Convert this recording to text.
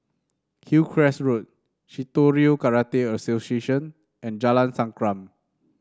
Hillcrest Road Shitoryu Karate Association and Jalan Sankam